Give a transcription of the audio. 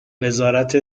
وزارت